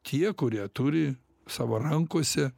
tie kurie turi savo rankose